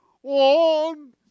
One